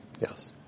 Yes